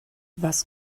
was